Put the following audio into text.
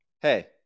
Hey